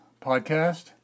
podcast